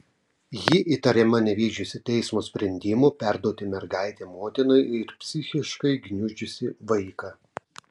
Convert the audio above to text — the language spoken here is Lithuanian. ji įtariama nevykdžiusi teismo sprendimo perduoti mergaitę motinai ir psichiškai gniuždžiusi vaiką